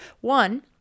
one